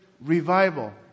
revival